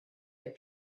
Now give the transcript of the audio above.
that